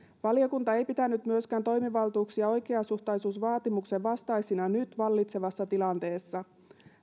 valiokunta ei pitänyt myöskään toimivaltuuksia oikeasuhtaisuusvaatimuksen vastaisina nyt vallitsevassa tilanteessa